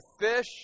fish